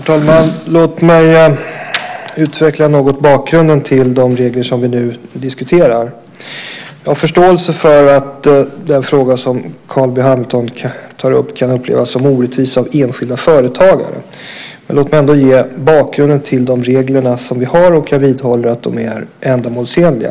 Herr talman! Låt mig något utveckla bakgrunden till de regler som vi diskuterar. Jag har förståelse för att den fråga som Carl B Hamilton tar upp kan upplevas som orättvis av enskilda företagare. Låt mig ändå ge bakgrunden till de regler vi har. Jag vidhåller att de är ändamålsenliga.